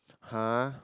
!huh!